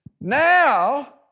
now